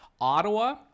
Ottawa